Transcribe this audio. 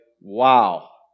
wow